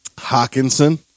Hawkinson